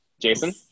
Jason